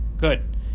good